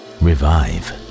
revive